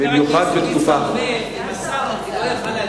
מה שחבר הכנסת ליצמן אומר הוא,